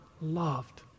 loved